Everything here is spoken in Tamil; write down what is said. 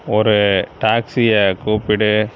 ஒரு டாக்ஸியை கூப்பிடு